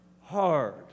hard